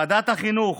ועדת החינוך